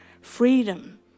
freedom